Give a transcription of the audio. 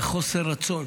היה חוסר רצון